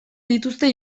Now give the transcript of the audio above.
dituzte